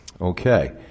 Okay